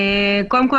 קודם כול,